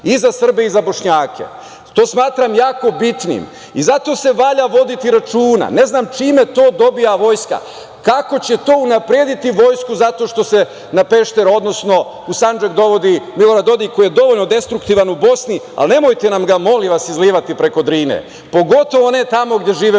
i za Srbe i za Bošnjake. To smatram jako bitnim i zato se valja voditi računa. Ne znam, čime to dobija vojska, kako će to unaprediti vojsku, zato što se na Pešter, odnosno u Sandžak dovodi Milorad Dodik, koji je dovoljno destruktivan u Bosni, a nemojte nam ga molim vas izlivati preko Drine, pogotovo ne tamo gde žive